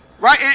right